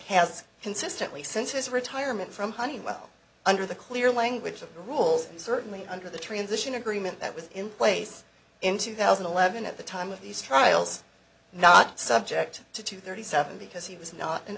has consistently since his retirement from honeywell under the clear language of the rules certainly under the transition agreement that was in place in two thousand and eleven at the time of these trials not subject to two thirty seven because he was not an